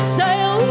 sail